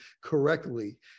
correctly